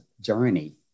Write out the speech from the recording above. journey